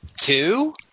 Two